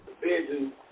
vision